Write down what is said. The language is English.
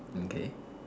mm K